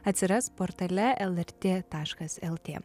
atsiras portale lrt taškas lt